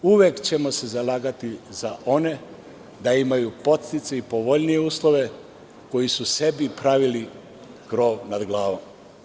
Uvek ćemo se zalagati za one da imaju podsticaj i povoljnije uslove koji su sebi pravili krov nad glavom.